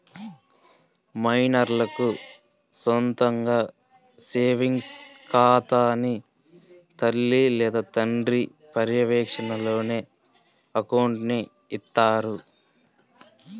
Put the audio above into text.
మైనర్లకు సొంతగా సేవింగ్స్ ఖాతాని తల్లి లేదా తండ్రి పర్యవేక్షణలోనే అకౌంట్ని ఇత్తారు